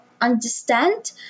understand